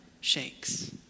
shakes